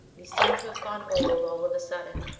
and he seemed to have gone old all of a sudden.